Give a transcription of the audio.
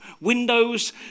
Windows